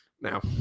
Now